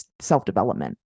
self-development